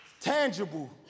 tangible